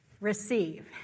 receive